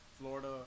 Florida